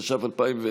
התש"ף 2020,